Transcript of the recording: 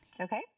Okay